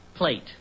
Plate